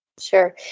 Sure